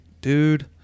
dude